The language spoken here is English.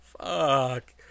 Fuck